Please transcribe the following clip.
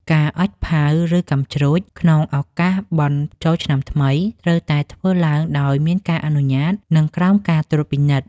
ការអុជផាវ ឬកាំជ្រួចក្នុងឱកាសបុណ្យចូលឆ្នាំថ្មីត្រូវតែធ្វើឡើងដោយមានការអនុញ្ញាត និងក្រោមការត្រួតពិនិត្យ។